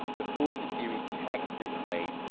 the forte series texture clay,